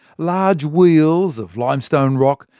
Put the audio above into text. large wheels of limestone rock,